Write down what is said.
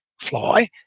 fly